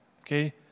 okay